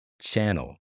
channel